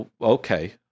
okay